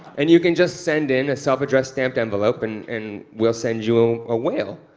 and you can just send in a self-addressed stamped envelope and and we'll send you a whale.